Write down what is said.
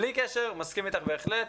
בלי קשר, אני מסכים איתך בהחלט,